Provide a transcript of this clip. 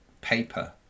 paper